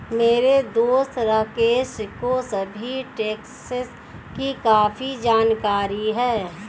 मेरे दोस्त राकेश को सभी टैक्सेस की काफी जानकारी है